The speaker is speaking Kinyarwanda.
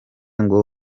ngo